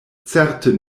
certe